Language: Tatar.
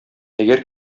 әгәр